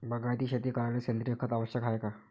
बागायती शेती करायले सेंद्रिय खत आवश्यक हाये का?